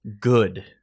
good